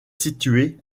située